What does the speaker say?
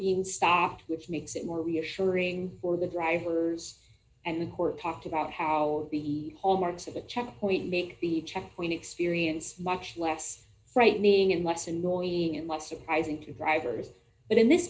being stopped which makes it more reassuring for the drivers and the court talked about how the hallmarks of the checkpoint make the checkpoint experience much less frightening and what's annoying and what's surprising to drivers but in this